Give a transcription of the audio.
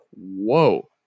whoa